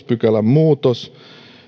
pykälän muutos